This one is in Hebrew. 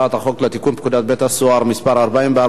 חוק לתיקון פקודת בתי-הסוהר (מס' 44),